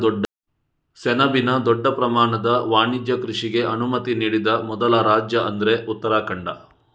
ಸೆಣಬಿನ ದೊಡ್ಡ ಪ್ರಮಾಣದ ವಾಣಿಜ್ಯ ಕೃಷಿಗೆ ಅನುಮತಿ ನೀಡಿದ ಮೊದಲ ರಾಜ್ಯ ಅಂದ್ರೆ ಉತ್ತರಾಖಂಡ